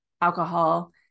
alcohol